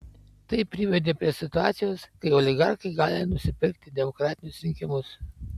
tai privedė prie situacijos kai oligarchai gali nusipirkti demokratinius rinkimus